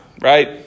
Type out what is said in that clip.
right